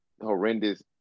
horrendous